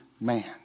man